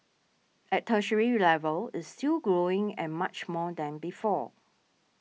at tertiary level it's still growing and much more than before